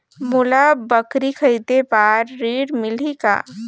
मोला बकरी खरीदे बार ऋण मिलही कौन?